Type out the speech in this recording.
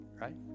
right